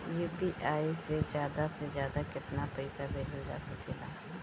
UPI से ज्यादा से ज्यादा केतना पईसा भेजल जा सकेला?